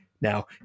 now